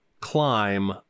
climb